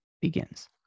begins